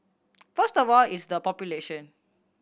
first of all it's the population